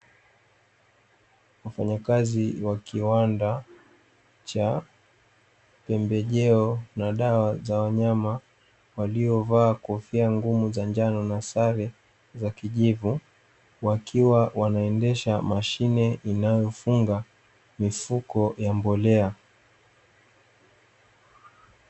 Wafanyakazi wa kiwanda cha pembejeo na dawa za wanyama waliovaa kofia ngumu za njano na sare za kijivu, wakiwa wanaendesha mashine inayofunga mifuko ya mbolea.